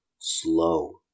slow